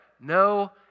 No